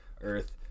Earth